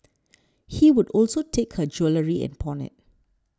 he would also take her jewellery and pawn it